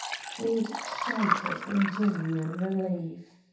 ford shouted in genuine relief.